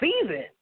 season